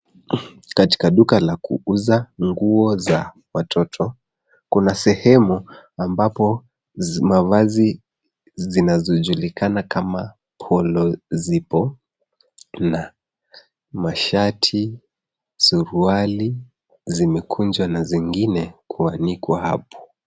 Katika duka la kuuza nguo za watoto, kuna sehemu ambapo mavazi zinazojulikana kama Polo zipo. Kuna mashati, suruali, zimekunjwa na zingine kuanikwa hapo.